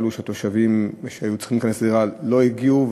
התושבים שהיו צריכים להיכנס לדירה לא הגיעו,